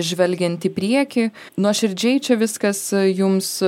žvelgiant į priekį nuoširdžiai čia viskas jums